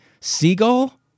seagull